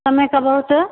सम्यक् अभवत्